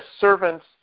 servant's